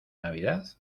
navidad